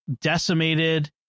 decimated